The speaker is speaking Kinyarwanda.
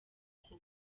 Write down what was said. koko